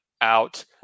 out